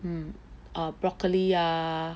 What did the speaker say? mm ah broccoli ah